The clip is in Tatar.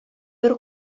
бер